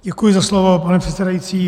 Děkuji za slovo, pane předsedající.